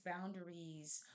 boundaries